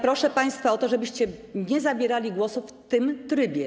Proszę państwa o to, żebyście nie zabierali głosu w tym trybie.